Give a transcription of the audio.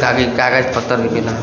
गाड़ीके कागज पत्तरके बिना